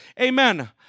Amen